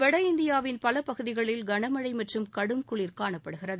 வட இந்தியாவின் பல பகுதிகளில் கன மழை மற்றும் கடும் குளிர் காணப்படுகிறது